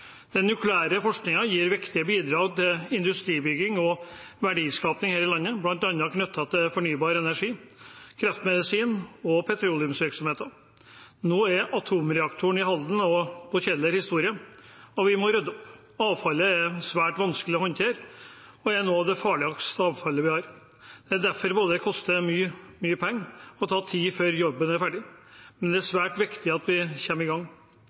Den nukleære forskningen gir viktige bidrag til industribygging og verdiskaping her i landet, bl.a. knyttet til fornybar energi, kreftmedisin og petroleumsvirksomhetene. Nå er atomreaktorene i Halden og på Kjeller historie, og vi må rydde opp. Avfallet er svært vanskelig å håndtere og er noe av det farligste avfallet vi har. Det vil derfor både koste mange penger og ta tid før jobben er ferdig. Men det er svært viktig at vi kommer i gang.